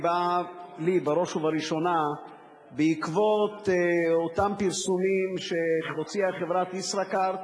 באה לי בראש ובראשונה בעקבות אותם פרסומים שהוציאה חברת "ישראכרט",